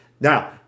Now